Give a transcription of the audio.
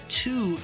two